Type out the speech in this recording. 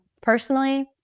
Personally